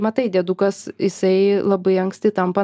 matai diedukas jisai labai anksti tampa